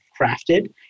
crafted